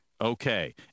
Okay